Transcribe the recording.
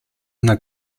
una